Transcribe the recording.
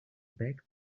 back